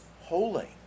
holy